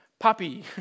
Puppy